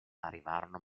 arrivarono